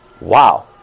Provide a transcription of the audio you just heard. Wow